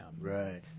Right